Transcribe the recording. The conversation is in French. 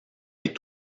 les